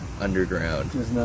underground